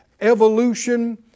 Evolution